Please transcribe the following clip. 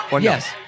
Yes